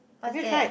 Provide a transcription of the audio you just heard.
have you tried